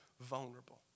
vulnerable